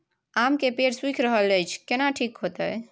आम के पेड़ सुइख रहल एछ केना ठीक होतय?